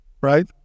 right